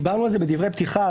דיברנו על זה בדברי הפתיחה,